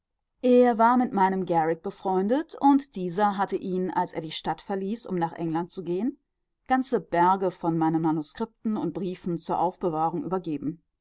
er war mit meinem garrick befreundet und dieser hatte ihm als er die stadt verließ um nach england zu gehen ganze berge von meinen manuskripten und briefen zur aufbewahrung übergeben